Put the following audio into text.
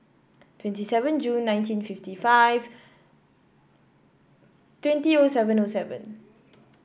twenty seven Jun nineteen fifty five twenty O seven O seven